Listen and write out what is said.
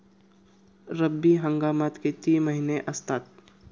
रब्बी हंगामात किती महिने असतात?